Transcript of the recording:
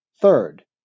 Third